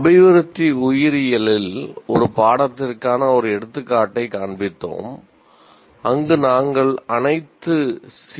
அபிவிருத்தி உயிரியலில் ஒரு பாடத்திற்கான ஒரு எடுத்துக்காட்டைக் காண்பித்தோம் அங்கு நாங்கள் அனைத்து சி